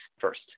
first